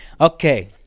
Okay